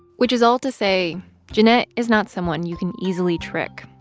which is all to say jennet is not someone you can easily trick,